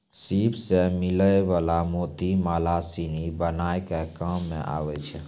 सिप सें मिलै वला मोती माला सिनी बनाय के काम में आबै छै